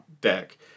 deck